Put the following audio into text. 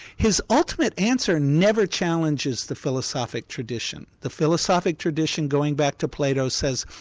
his ultimate answer never challenges the philosophic tradition. the philosophic tradition going back to plato says,